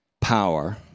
power